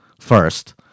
first